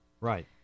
right